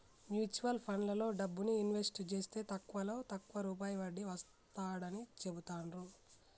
mutual ఫండ్లలో డబ్బుని invest జేస్తే తక్కువలో తక్కువ రూపాయి వడ్డీ వస్తాడని చెబుతాండ్రు